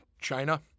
China